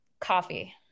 Coffee